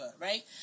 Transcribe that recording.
right